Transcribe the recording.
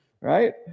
right